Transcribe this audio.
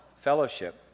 fellowship